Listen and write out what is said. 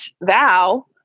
vow